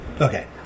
Okay